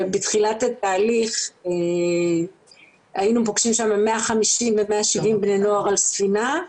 בתחילת התהליך היינו פוגשים שם 150 עד 170 בני נוער על ספינה.